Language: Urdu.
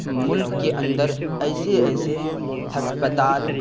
ملک کے اندر ایسے ایسے ہسپتال